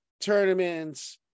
tournaments